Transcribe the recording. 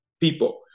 people